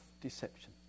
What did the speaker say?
deception